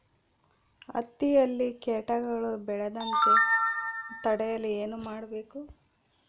ಹತ್ತಿಯಲ್ಲಿ ಕೇಟಗಳು ಬೇಳದಂತೆ ತಡೆಯಲು ಏನು ಮಾಡಬೇಕು?